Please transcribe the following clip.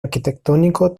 arquitectónico